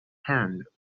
hand